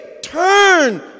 turn